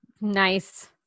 Nice